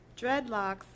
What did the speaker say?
Dreadlocks